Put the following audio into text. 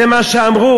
זה מה שאמרו: